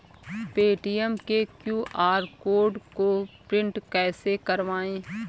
Paytm के QR code को print कैसे करवाएँ?